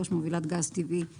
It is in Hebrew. מובילת גז טבעי נוזלי,